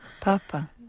Papa